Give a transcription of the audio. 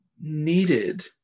needed